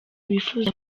bifuza